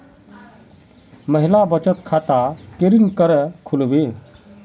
महिला बचत खाता केरीन करें खुलबे